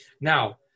Now